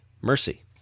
mercy